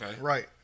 Right